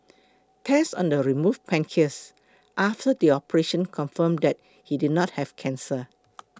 tests on the remove pancreas after the operation confirm that he did not have cancer